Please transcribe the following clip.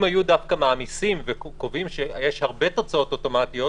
אם היו דווקא מעמיסים וקובעים שיש הרבה תוצאות אוטומטיות,